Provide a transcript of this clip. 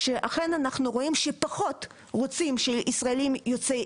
אכן אנחנו רואים שפחות רוצים שישראלים יוצאי